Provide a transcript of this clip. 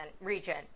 region